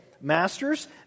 Masters